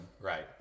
Right